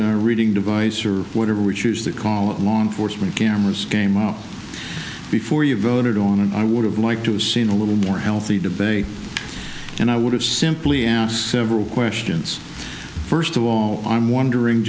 plate reading device or whatever we choose to call it law enforcement cameras came out before you voted on it i would have liked to seen a little more healthy debate and i would have simply asked several questions first of all i'm wondering